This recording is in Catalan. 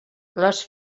les